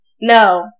no